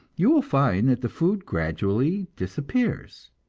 you will find that the food gradually disappears.